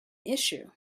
issue